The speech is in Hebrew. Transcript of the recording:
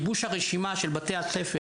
תוצר של מדיניות כוללת שאינה קשורה,